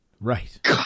right